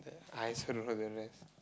I also don't know the rest